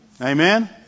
Amen